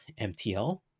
MTL